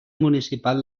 municipal